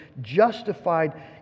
justified